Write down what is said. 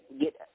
get –